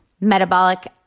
metabolic